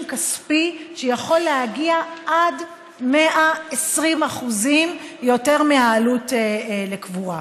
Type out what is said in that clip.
כספי שיכול להגיע עד 120% יותר מהעלות של קבורה.